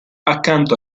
accanto